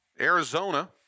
Arizona